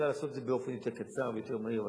אפשר לעשות את זה באופן יותר קצר ויותר מהיר,